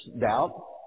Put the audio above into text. doubt